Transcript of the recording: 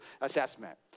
assessment